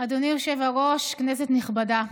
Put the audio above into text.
אדוני היושב-ראש, כנסת נכבדה,